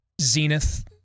zenith